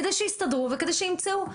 כדי שיסתדרו וכדי שימצאו.